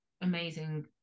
amazing